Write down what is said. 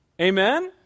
Amen